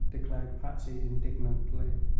declared patsy, indignantly.